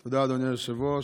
תודה, אדוני היושב-ראש.